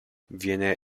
viene